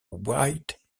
white